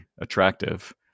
attractive